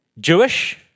Jewish